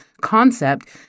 concept